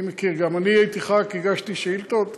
אני מכיר, גם אני הייתי ח"כ, הגשתי שאילתות.